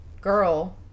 girl